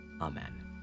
Amen